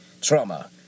trauma